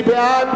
מי בעד?